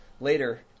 later